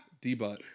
Debut